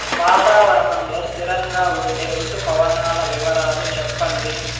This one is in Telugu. వాతావరణం లో స్థిరంగా ఉండే రుతు పవనాల వివరాలు చెప్పండి?